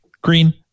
green